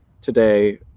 today